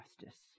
justice